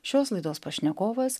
šios laidos pašnekovas